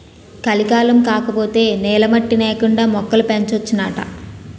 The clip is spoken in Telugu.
కలికాలం కాకపోతే నేల మట్టి నేకండా మొక్కలు పెంచొచ్చునాట